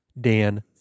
Dan